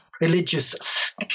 religious